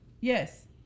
yes